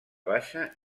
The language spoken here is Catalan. baixa